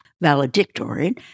valedictorian